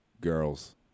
girls